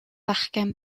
fachgen